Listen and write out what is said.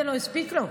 זה לא הספיק לו.